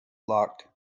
locked